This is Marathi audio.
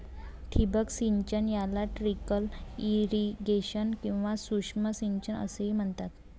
ठिबक सिंचन याला ट्रिकल इरिगेशन किंवा सूक्ष्म सिंचन असेही म्हणतात